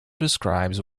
describes